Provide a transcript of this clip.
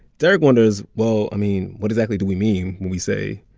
darrick wonders, well, i mean, what exactly do we mean when we say,